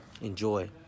Enjoy